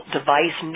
Device